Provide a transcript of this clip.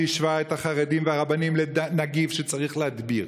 שהשווה את החרדים ואת הרבנים לנגיף שצריך להדביר.